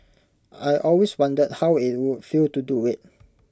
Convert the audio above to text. I always wondered how IT would feel to do IT